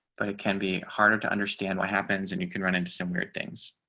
but it can be harder to understand what happens and you can run into some weird things